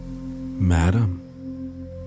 Madam